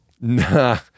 Nah